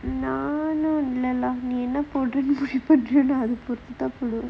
no நானும் இல்ல:naanum illa lah நீ என்ன போடுறேன்ன்னு முடிவ பொறுத்துதான் போடுவேன்:nee enna poduraennu mudivu poruthuthaan poduvaen